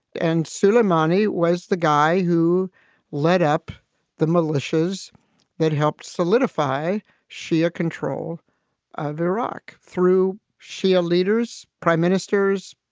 and suleimani was the guy who led up the militias that helped solidify shia control of iraq through shia leaders, prime ministers,